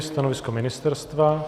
Stanovisko ministerstva?